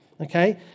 okay